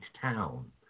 town